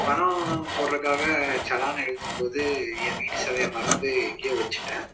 பணம் போடுறக்காக செலான் எழுதும்போது என் வீட்டு சாவியை மறந்து எங்கேயோ வெச்சுட்டேன்